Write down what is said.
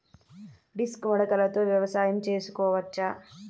Disc మడకలతో వ్యవసాయం చేసుకోవచ్చా??